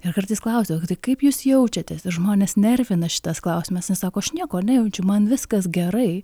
ir kartais klausiau kaip jūs jaučiatės ir žmones nervina šitas klausimas nes sako aš nieko nejaučiu man viskas gerai